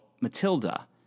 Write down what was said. Matilda